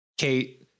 Kate